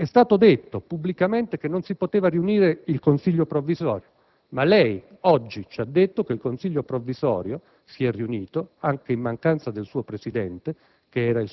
è avvenuto in quanto non si poteva riunire il consiglio provvisorio, ma lei oggi ci ha detto che il consiglio provvisorio si è riunito anche in mancanza del suo presidente,